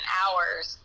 hours